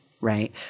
right